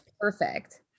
perfect